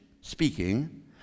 speaking